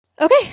Okay